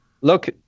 look